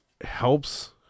helps